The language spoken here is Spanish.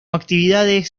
actividades